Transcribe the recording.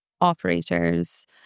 operators